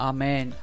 Amen